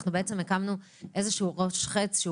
אנחנו בעצם הקמנו איזשהו ראש חץ שהוא